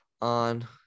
on